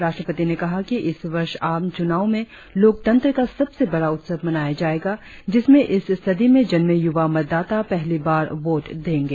राष्ट्रपति ने कहा कि इस वर्ष आम चुनाव में लोकतंत्र का सबसे बड़ा उत्सव मनाया जाएगा जिसमें इस सदी में जन्मे युवा मतदाता पहली बार वोट देंगे